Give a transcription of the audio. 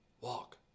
walk